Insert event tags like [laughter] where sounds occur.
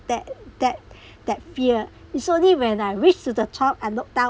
that that [breath] that fear is only when I reached to the top and looked down